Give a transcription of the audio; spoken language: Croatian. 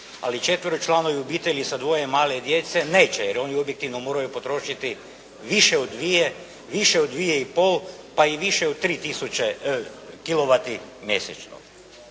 a četveročlanoj obitelji sa dvoje male djece neće jer oni objektivno moraju potrošiti više od 2,5 pa i više od 3 tisuće kilovati mjesečno.